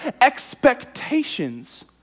expectations